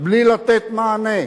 בלי לתת מענה.